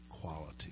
quality